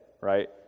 right